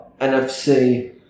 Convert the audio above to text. NFC